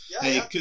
hey